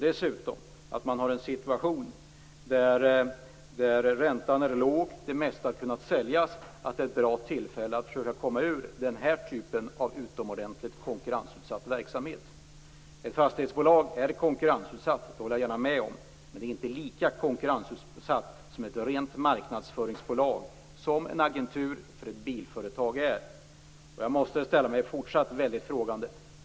Dessutom är räntan låg. Det mesta har kunnat säljas. Därför är detta ett bra tillfälle att försöka komma ur den här typen av utomordentligt konkurrensutsatt verksamhet. Ett fastighetsbolag är konkurrensutsatt, det håller jag gärna med om. Men det är inte lika konkurrensutsatt som ett rent marknadsföringsbolag, som en agentur för ett bilföretag är. Jag måste ställa mig fortsatt väldigt frågande.